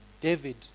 David